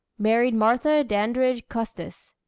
married martha dandridge custis.